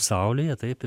saulėje taip